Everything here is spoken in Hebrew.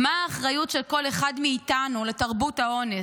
מה האחריות של כל אחד מאיתנו לתרבות האונס,